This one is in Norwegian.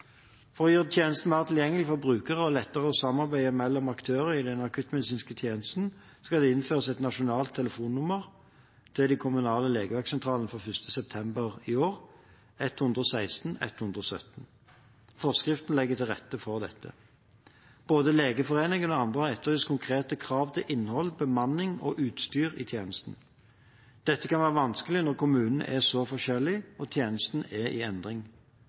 For å gjøre tjenesten mer tilgjengelig for brukerne og lette samarbeidet mellom aktørene i de akuttmedisinske tjenestene skal det innføres et nasjonalt telefonnummer – 116 og 117 – til de kommunale legevaktsentralene fra 1. september i år. Forskriften legger til rette for dette. Både Legeforeningen og andre har etterlyst konkrete krav til innhold, bemanning og utstyr i tjenesten. Dette kan være vanskelig når kommunene er så forskjellige og tjenesten er i endring.